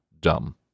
dumb